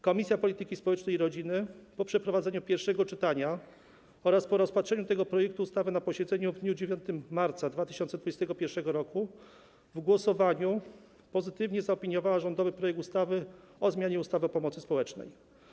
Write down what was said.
Komisja Polityki Społecznej i Rodziny, po przeprowadzeniu pierwszego czytania oraz po rozpatrzeniu tego projektu ustawy na posiedzeniu w dniu 9 marca 2021 r., w głosowaniu pozytywnie zaopiniowała rządowy projekt ustawy o zmianie ustawy o pomocy społecznej.